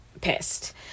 pissed